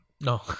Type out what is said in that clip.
No